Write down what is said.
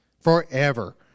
Forever